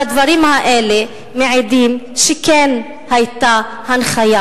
שהדברים האלה מעידים שכן היתה הנחיה